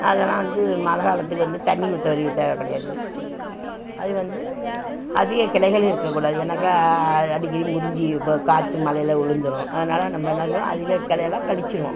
அதெல்லாம் வந்து மழை காலத்துக்கு வந்து தண்ணி ஊற்ற வேண்டிய தேவை கிடையாது அது வந்து அதிக கிளைகளும் இருக்கக்கூடாது ஏன்னாக்கா அடிக்கடி முறிந்து இப்போ காற்று மழையில விலுந்துரும் அதனால நம்ம என்ன செய்யணும் அதிக கிளையலாம் கழிச்சிருவோம்